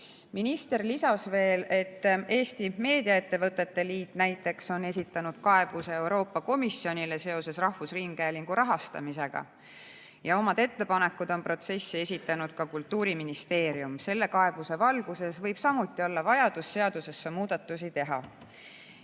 Minister lisas veel, et Eesti Meediaettevõtete Liit näiteks on esitanud kaebuse Euroopa Komisjonile seoses rahvusringhäälingu rahastamisega. Oma ettepanekud on protsessi jooksul esitanud ka Kultuuriministeerium. Selle kaebuse valguses võib samuti olla vajadus seaduses muudatusi teha.